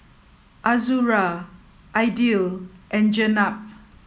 Azura Aidil and Jenab